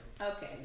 Okay